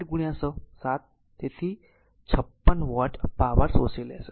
તેથી 8 7 તેથી p 3 56 watt power શોષી લેશે